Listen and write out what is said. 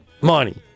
money